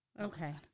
Okay